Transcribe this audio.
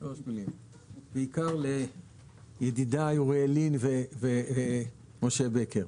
בעיקר לידידיי אוריאל לין ומשה בקר,